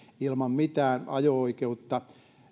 ilman mitään ajo oikeutta